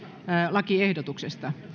lakiehdotuksesta